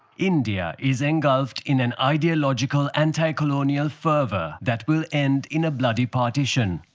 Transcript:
india is engulfed in an ideological anticolonial fervour that will end in a bloody partition.